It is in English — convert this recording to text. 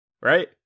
right